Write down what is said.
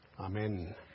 Amen